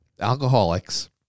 alcoholics